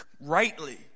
rightly